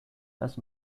nas